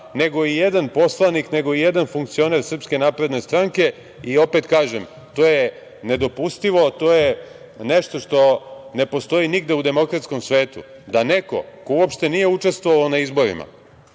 nego i jedan poslanik, nego i jedan funkcioner SNS. Opet kažem, to je nedopustivo, to je nešto što ne postoji nigde u demokratskom svetu, da neko ko uopšte nije učestvovao na izborima